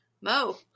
mo